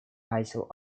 isle